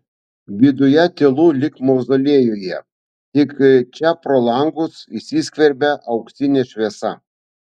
viduje tylu lyg mauzoliejuje tik čia pro langus įsiskverbia auksinė šviesa